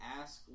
ask